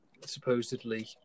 supposedly